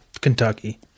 Kentucky